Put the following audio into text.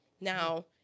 Now